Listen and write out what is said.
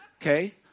okay